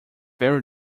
very